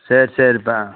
சரி சரிப்பா